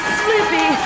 sleepy